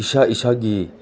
ꯏꯁꯥ ꯏꯁꯥꯒꯤ